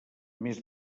més